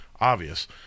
obvious